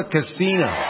Casino